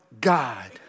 God